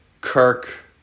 Kirk